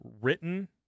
written